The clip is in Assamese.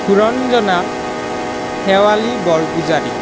সুৰঞ্জনা শেৱালী বৰপূজাৰী